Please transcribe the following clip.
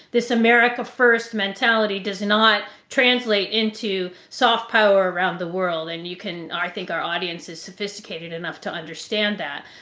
this america first mentality does not translate into soft power around the world and you can i think our audience is sophisticated enough to understand that.